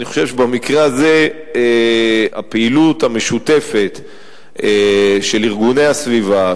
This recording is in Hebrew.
אני חושב שבמקרה הזה הפעילות המשותפת של ארגוני הסביבה,